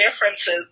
differences